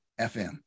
FM